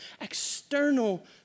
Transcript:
external